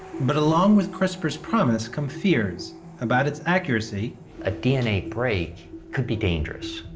but along with crispr's promise come fears about its accuracy. a dna break could be dangerous.